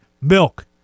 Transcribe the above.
milk